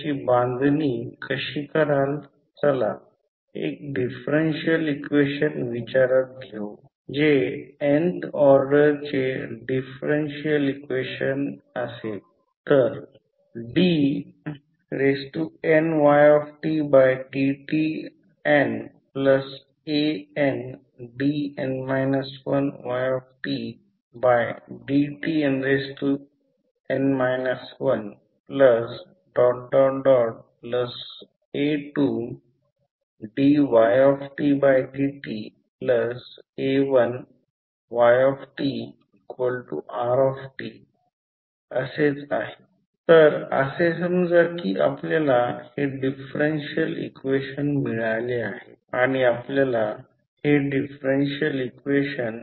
तर या सर्व गोष्टी प्रत्यक्षात करंटची ही दिशा या पुस्तकात चिन्हांकित केली नव्हती मी ती केली आहे आणि समजा हा 5 Ω आहे आणि सेल्फ एरिया रिअॅक्टन्समध्ये देखील 5 Ω आहे आणि येथे देखील 5 Ω आहे हे देखील 5 Ω आहे म्युच्युअल रिअॅक्टन्स j 2 Ω आहे हे दिले आहे आणि येथे व्होल्टेज 10 अँगल 0° दिले आहे येथे 10 अँगल 90° V दिले आहे 12 हे एक कॅपेसिटर नाही तेथे कॅपेसिटर रिअॅक्टन्स j10Ω आहे कॅपेसिटर व्होल्टेज VC किती आहे ते लागेल आहे